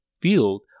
field